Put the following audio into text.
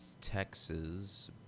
Texas